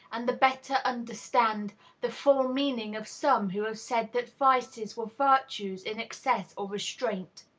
and the better understand the full meaning of some who have said that vices were virtues in excess or restraint?